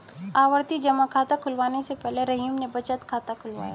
आवर्ती जमा खाता खुलवाने से पहले रहीम ने बचत खाता खुलवाया